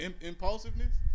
impulsiveness